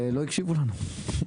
לא הקשיבו לנו.